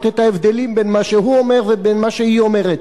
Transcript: את ההבדלים בין מה שהוא אומר לבין מה שהיא אומרת.